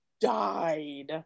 died